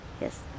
Yes